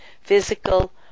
physical